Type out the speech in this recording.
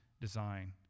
design